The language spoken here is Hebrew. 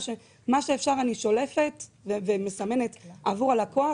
שמה שאפשר אני שולפת ומסמנת עבור הלקוח,